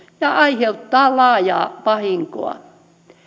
ja aiheuttaa laajaa vahinkoa